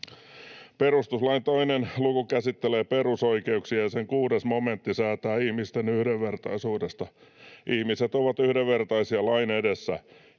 Perustuslain 2 luku käsittelee perusoikeuksia, ja sen 6 § säätää ihmisten yhdenvertaisuudesta. Ihmiset ovat yhdenvertaisia lain edessä.